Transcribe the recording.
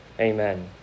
Amen